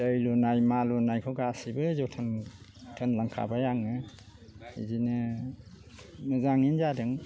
दै लुनाय मा लुनायखौ गासिबो जोथोन होनलांखाबाय आङो इदिनो मोजाङैनो जादों